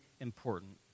important